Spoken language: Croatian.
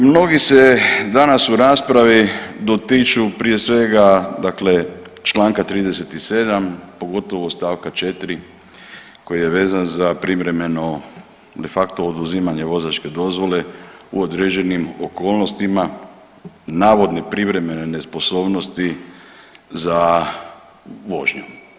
Mnogi se danas u raspravi dotiču prije svega, dakle članka 37. pogotovo stavka 4. koji je vezan za privremeno de facto oduzimanje vozačke dozvole u određenim okolnostima, navodne privremene nesposobnosti za vožnju.